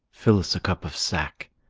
fill's a cup of sack,